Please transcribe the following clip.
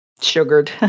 sugared